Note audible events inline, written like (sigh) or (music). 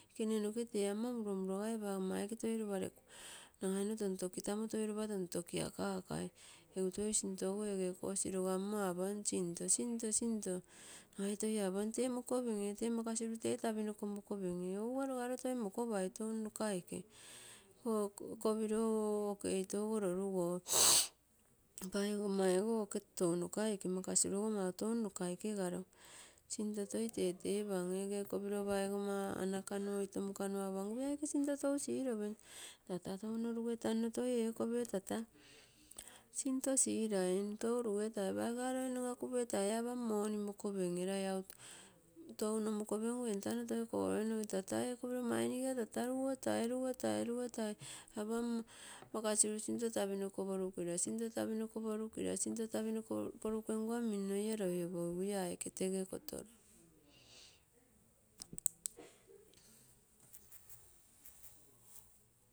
Itekene noke ama mummurogai ee paigoma aike nagai no tontokitamo toi lopa tontokiakakai egu toi sinto ogo ege kosi logammo aapan sinto, sinto, sinto nagai toi apan tee mokopemmee, tee makasiru tee tapinoko mokopen ee, ee ouga logaro toi mokopai, touno nokaike, kopiro oke itogo lorugou, (noise) paigomma (unintelligible) anakanu garo sinto toi tetepam, ee gee kopiro paigomma anakanu oiro moka aapangu ee aike sinto tou siropem tata touno lugetanno ekopiro tata sinto sisiran tou rugetai paiga loi noga kupetai apam moni mokopere lai au moni tou mokopengu entano toi koloinogim tata ekopiro mainiga tata rugo tai, lugo tai, lugo tai, aapam makasiru sinto tapinoko prukira sinto tapinoko porukira, (unintelligible) porukira porukengua minno pa loi opogii ia aike rege sinto kololo.